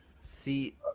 See